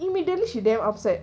immediately she damn upset